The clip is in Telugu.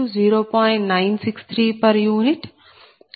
u L21